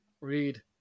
Read